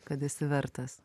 kad esi vertas